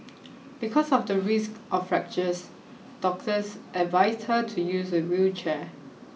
because of the risk of fractures doctors advised her to use a wheelchair